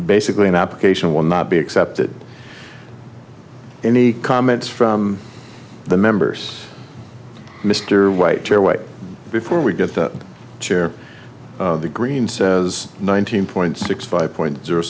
basically an application will not be accepted any comments from the members mr white your way before we get the chair the green says nineteen point six five point zero